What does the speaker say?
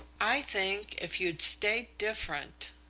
i think if you'd stayed different,